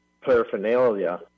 paraphernalia